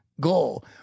goal